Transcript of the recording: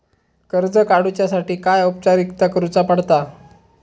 कर्ज काडुच्यासाठी काय औपचारिकता करुचा पडता?